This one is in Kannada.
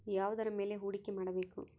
ಯಾವುದರ ಮೇಲೆ ಹೂಡಿಕೆ ಮಾಡಬೇಕು?